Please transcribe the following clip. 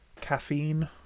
Caffeine